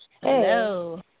Hello